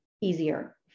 easier